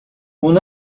mon